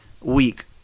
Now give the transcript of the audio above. week